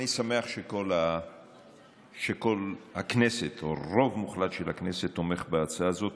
אני שמח שכל הכנסת או הרוב המוחלט של הכנסת תומך בהצעה הזאת.